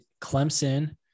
Clemson